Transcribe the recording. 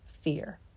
fear